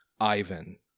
Ivan